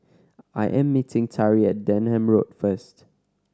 I am meeting Tari at Denham Road first